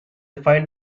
find